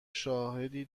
شاهدی